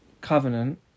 Covenant